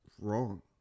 wrong